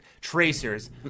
tracers